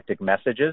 messages